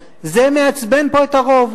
זה לא מעצבן רק ימנים, זה מעצבן פה את הרוב.